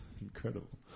incredible